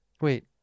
Wait